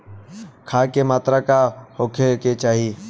खाध के मात्रा का होखे के चाही?